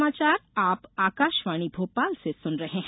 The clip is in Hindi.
यह समाचार आप आकाशवाणी भोपाल से सुन रहे हैं